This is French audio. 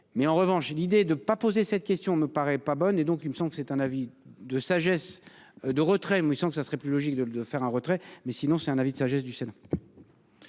mais en revanche l'idée de pas poser cette question me paraît pas bonne et donc il me semble, c'est un avis de sagesse de retrait mais sans que ça serait plus logique de le, de faire un retrait mais sinon c'est un avis de sagesse du Sénat.